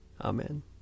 Amen